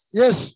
yes